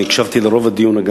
ואני הקשבתי לרוב הדיון,